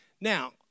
Now